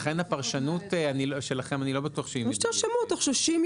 לכן הפרשנות שלכם, אני לא בטוח שהיא מדויקת.